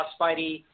Spidey